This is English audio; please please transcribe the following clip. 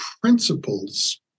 principles